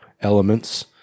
elements